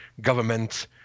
government